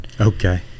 Okay